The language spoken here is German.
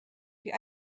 die